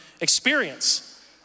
experience